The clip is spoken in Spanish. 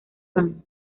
pan